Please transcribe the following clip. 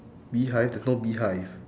beehive there's no beehive